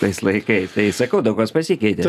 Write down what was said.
tais laikais tai sakau daug kas pasikeitė